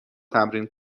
تمرین